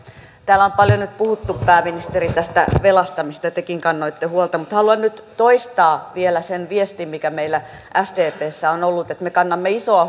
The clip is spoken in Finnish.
täällä on paljon nyt puhuttu pääministeri tästä velasta mistä tekin kannoitte huolta mutta haluan nyt toistaa vielä sen viestin mikä meillä sdpssä on ollut että me kannamme isoa